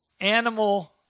animal